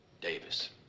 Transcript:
Davis